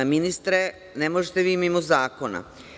Ministre, ne možete vi mimo zakona.